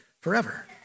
forever